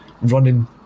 running